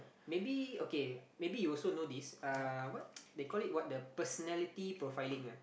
maybe okay maybe you also know this uh what they call it what the personality profiling ah